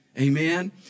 Amen